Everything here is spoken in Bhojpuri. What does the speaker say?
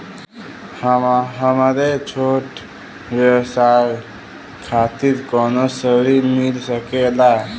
हमरे छोट व्यवसाय खातिर कौनो ऋण मिल सकेला?